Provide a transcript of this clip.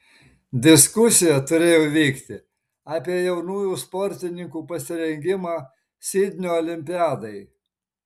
diskusija turėjo vykti apie jaunųjų sportininkų pasirengimą sidnio olimpiadai